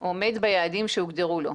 הוא עומד ביעדים שהוגדרו לו.